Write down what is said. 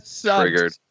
Triggered